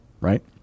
right